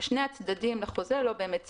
שני הצדדים לחוזה לא באמת צפו,